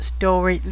Story